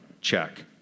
Check